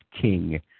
king